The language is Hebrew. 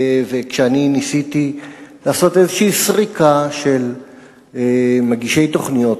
וכשניסיתי לעשות איזו סריקה של מגישי תוכניות,